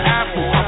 apple